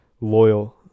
Loyal